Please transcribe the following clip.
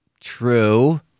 True